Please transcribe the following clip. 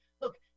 Look